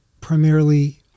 primarily